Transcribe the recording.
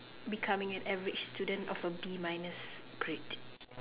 becoming an average student of a B minus grade